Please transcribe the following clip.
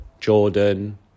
Jordan